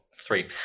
Three